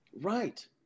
Right